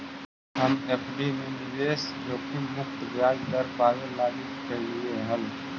हम एफ.डी में निवेश जोखिम मुक्त ब्याज दर पाबे लागी कयलीअई हल